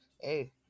hey